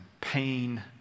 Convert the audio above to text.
pain